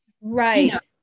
Right